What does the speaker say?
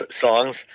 songs